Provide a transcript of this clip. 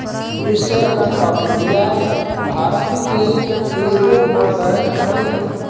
estate Bank of India Bharat के एगो बड़ बैंक हवे